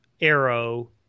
Arrow